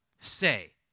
say